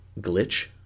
glitch